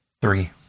Three